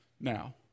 now